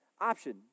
option